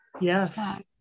yes